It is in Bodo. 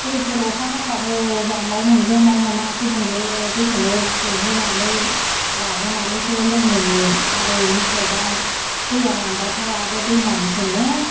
दैफोर अखा हाबाबो जोंहा बबेयाव मोनगोन बबेयाव मोना गुबुंले दैखौनो गोहोनानै लाबोनानैसो लोङोमोन आरो बेनिफ्राय दा दैया रानबाथाय आरो दैमानिखौनो